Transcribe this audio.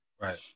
Right